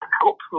help